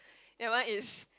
that one is